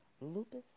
Lupus